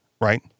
right